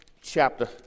chapter